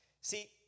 See